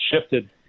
shifted